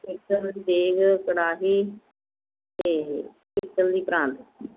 ਪਿੱਤਲ ਦੀ ਦੇਗ ਕੜ੍ਹਾਹੀ ਅਤੇ ਪਿੱਤਲ ਦੀ ਪਰਾਤ